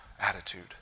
attitude